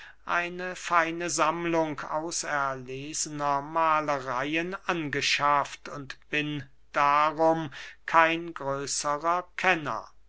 eine feine sammlung auserlesener mahlereyen angeschafft und bin darum kein größerer kenner